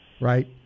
right